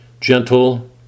Gentle